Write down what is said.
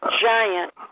giant